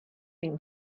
been